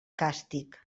càstig